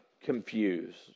confused